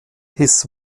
his